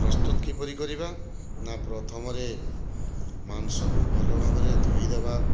ପ୍ରସ୍ତୁତ କିପରି କରିବା ନା ପ୍ରଥମରେ ମାଂସକୁ ଭଲ ଭାବରେ ଧୋଇଦେବା